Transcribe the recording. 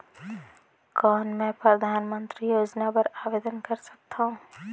कौन मैं परधानमंतरी योजना बर आवेदन कर सकथव?